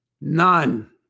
None